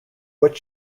which